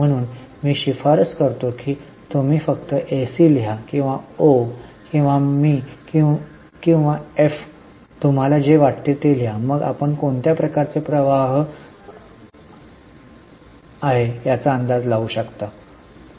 म्हणून मी शिफारस करतो की तुम्ही फक्त एसी लिहा ओ किंवा मी किंवा एफ तुम्हाला जे वाटते ते लिहा मग आपण कोणत्या प्रकारचे प्रवाह आहे याचा अंदाज लावू शकता